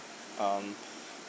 um